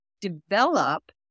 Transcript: develop